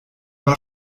war